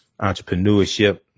entrepreneurship